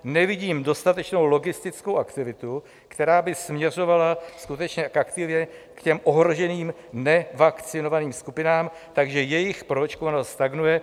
Nevidím dostatečnou logistickou aktivitu, která by směřovala skutečně k těm ohroženým nevakcinovaným skupinám, takže jejich proočkovanost stagnuje.